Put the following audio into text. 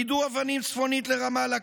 יידו אבנים צפונית לרמאללה,